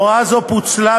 הוראה זו פוצלה,